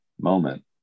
moment